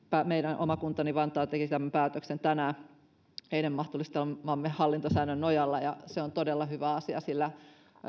oma kuntani vantaa teki tämän päätöksen tänään eilen mahdollistamamme hallintosäännön nojalla ja se on todella hyvä asia sillä